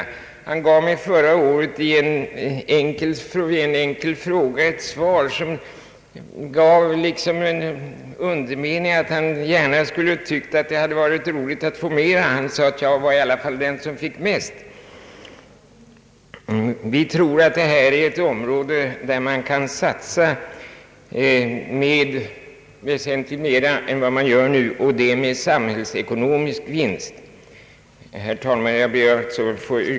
I ett svar som han gav mig förra året med anledning av en enkel fråga fanns det en undermening — han tyckte att det hade varit roligt att få mera pengar. Jag var i alla fall den som fick mest, sade han. Vi tror ait detta är ett område där man kan satsa väsentligt mera — och det med samhällsekonomisk vinst.